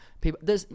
people